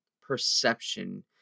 perception